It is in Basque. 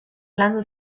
landu